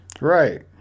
Right